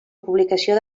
publicació